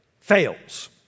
fails